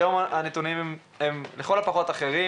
היום הנתונים הם אחרים,